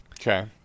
Okay